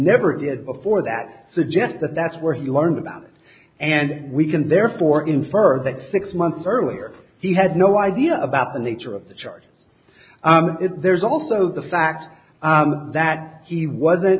never did before that suggest that that's where he learned about it and we can therefore infer that six months earlier he had no idea about the nature of the charges there's also the fact that he wasn't